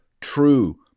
true